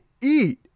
eat